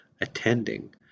attending